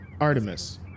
Artemis